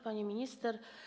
Pani Minister!